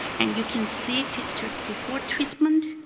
and you can see pictures before treatment